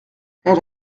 elle